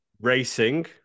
Racing